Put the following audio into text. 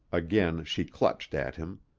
again she clutched at him.